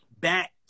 back